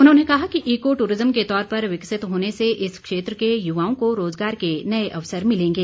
उन्होंने कहा कि इको ट्ररिज्म के तौर पर विकसित होने से इस क्षेत्र के युवाओं को रोज़गार के नए अवसर मिलेंगे